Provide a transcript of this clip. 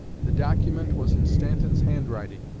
the document was in stanton's handwriting.